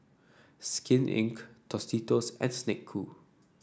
Skin Inc Tostitos and Snek Ku